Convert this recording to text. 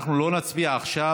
אנחנו לא נצביע עכשיו,